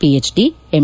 PhD M